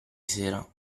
sera